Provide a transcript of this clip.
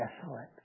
desolate